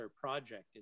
project